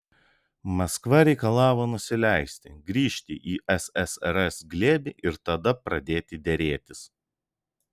maskva reikalavo nusileisti grįžti į ssrs glėbį ir tada pradėti derėtis